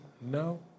No